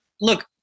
Look